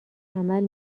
عمل